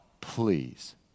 please